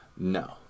No